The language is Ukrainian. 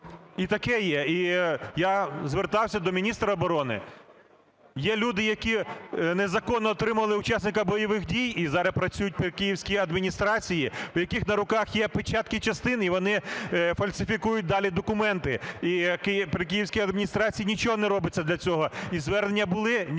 І таке є. І я звертався до міністра оборони. Є люди, які незаконно отримували учасника бойових дій і зараз працюють при Київській адміністрації, в яких на руках є печатки частин, і вони фальсифікують далі документи. І при Київській адміністрації нічого не робиться для цього. Звернення були –